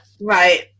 right